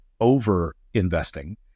over-investing